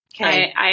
Okay